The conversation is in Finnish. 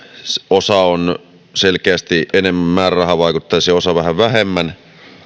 osa on selkeästi enemmän määrärahavaikutteisia osa vähän vähemmän on